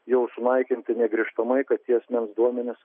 jau sunaikinti negrįžtamai kad tie asmens duomenys